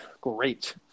great